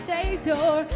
Savior